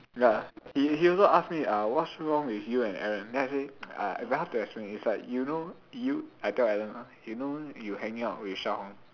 ya he he also ask me uh what's wrong with you and Alan then I say uh very hard to explain it's like you know you I tell Alan ah you know you hanging out with Sha-Hong